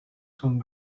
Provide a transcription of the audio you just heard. some